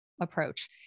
approach